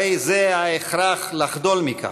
הרי זה ההכרח לחדול מכך,